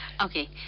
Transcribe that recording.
Okay